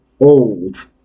old